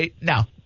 Now